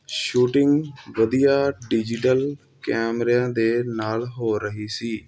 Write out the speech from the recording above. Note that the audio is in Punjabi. ਸ਼ੂਟਿੰਗ ਵਧੀਆ ਡਿਜੀਟਲ ਕੈਮਰਿਆਂ ਦੇ ਨਾਲ ਹੋ ਰਹੀ ਸੀ